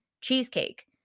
cheesecake